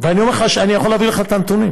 אני יכול להביא לך את הנתונים,